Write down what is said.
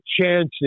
chances